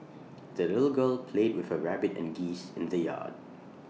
the little girl played with her rabbit and geese in the yard